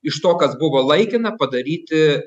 iš to kas buvo laikina padaryti